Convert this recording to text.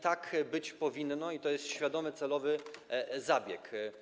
Tak być powinno i to jest świadomy, celowy zabieg.